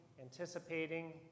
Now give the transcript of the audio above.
anticipating